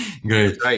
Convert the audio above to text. Great